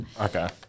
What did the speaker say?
Okay